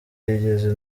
yigeze